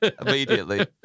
Immediately